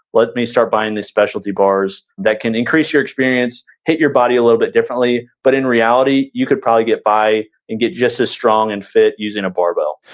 let me start buying these specialty bars. that can increase your experience, hit your body a little bit differently. but in reality, you could probably get by and get just as strong and fit using a barbell